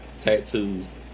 tattoos